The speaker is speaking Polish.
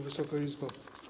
Wysoka Izbo!